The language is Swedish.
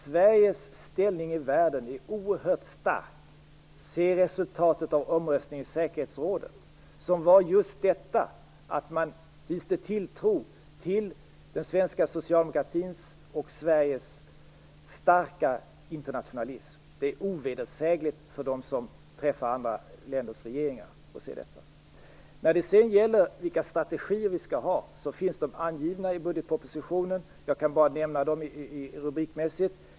Sveriges ställning i världen är oerhört stark. Se bara på resultatet av omröstningen i säkerhetsrådet, som visade just att man hyste tilltro till den svenska socialdemokratin och Sveriges starka internationalism. Det är ovedersägligt för dem som träffar andra länders regeringar. När det sedan gäller vilka strategier vi skall ha finns de angivna i budgetpropositionen. Jag kan bara nämna dem rubrikmässigt.